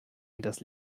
hinters